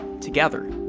together